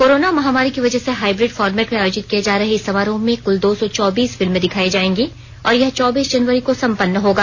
corona महामारी की वजह से हाईब्रिड फॉर्मेर्ट में आयोजित किए जा रहे इस समारोह में कुल दो सौ चौबीस फिल्में दिखाई जायेंगी और यह चौबीस जनवरी को सम्पन्न होगा